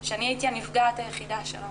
שאני הייתי הנפגעת היחידה שלו